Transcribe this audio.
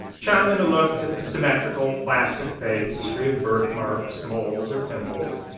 chanlina looked at the symmetrical plastic face free of birth marks, moles, or pimples.